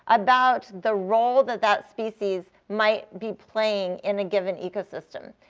about the role that that species might be playing in a given ecosystem.